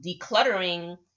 decluttering